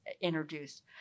introduced